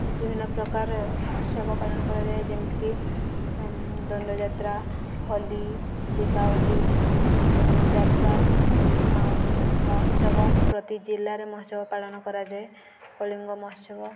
ବିଭିନ୍ନ ପ୍ରକାର ଉତ୍ସବ ପାଳନ କରାଯାଏ ଯେମିତିକି ଦଣ୍ଡଯାତ୍ରା ହୋଲି ଦୀପାବଳି ଧନୁଯାତ୍ରା ଆଉ ମହୋତ୍ସବ ପ୍ରତି ଜିଲ୍ଲାରେ ମହୋତ୍ସବ ପାଳନ କରାଯାଏ କଳିଙ୍ଗ ମହୋତ୍ସବ